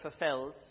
fulfilled